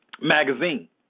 magazine